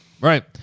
Right